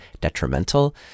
detrimental